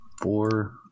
four